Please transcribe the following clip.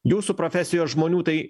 jūsų profesijos žmonių tai